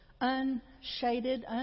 unshaded